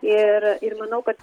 ir ir manau kad